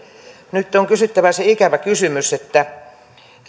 nyt on kysyttävä se ikävä kysymys